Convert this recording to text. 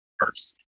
first